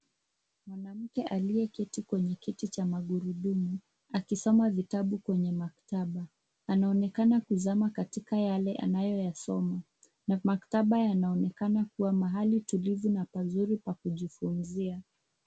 Mwanamke aliyeketi kwenye kiti cha magurudumu, akisoma vitabu kwenye maktaba. Anaonekana kuzama katika yale anayoyasoma, na maktaba yanaonekana kuwa mahali tulivu na pazuri pa kujifunza.